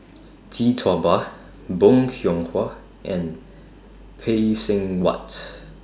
Tee Tua Ba Bong Hiong Hwa and Phay Seng Whatt